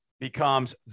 becomes